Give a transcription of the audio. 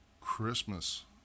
Christmas